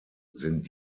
sind